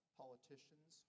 politicians